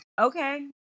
Okay